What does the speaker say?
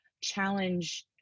challenge